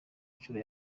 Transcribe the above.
nshuro